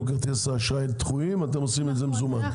כרטיסי אשראי דחויים אתם עושים את זה מזומן.